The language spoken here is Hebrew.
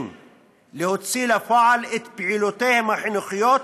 להוציא לפועל את פעולותיהם החינוכיות,